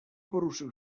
poruszył